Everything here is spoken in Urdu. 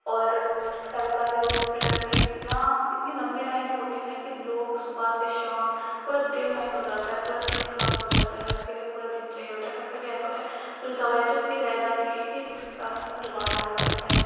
اور سرکاری ہاسپٹل میں اتنا اتنی لمبی لائنیں ہوتی ہیں نا کہ لوگ صبح سے شام پورا دن وہیں ہو جاتا ہے پورا دن خراب ہو جاتا ہے اس کے لیے پورا دن چاہیے ہوتا ہے کبھی کبھی ایسا ہوتا ہے کوئی دوائی ہوتی ہے اتنی رہ جاتی ہے جس کے کارن ہمیں دوبارہ آنا پڑتا ہے